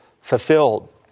fulfilled